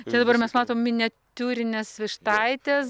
čia dabar mes matom miniatiūrines vištaites